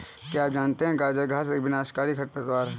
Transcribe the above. क्या आप जानते है गाजर घास एक विनाशकारी खरपतवार है?